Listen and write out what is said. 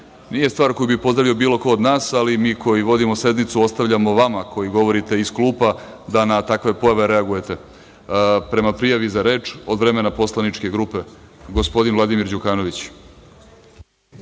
nije stvar koju bi pozdravio bilo ko od nas, ali mi koji vodimo sednicu ostavljamo vama koji govorite iz klupa da na takve pojave reagujete. Prema prijavi za reč, od vremena poslaničke grupe, gospodin Vladimir Đukanović.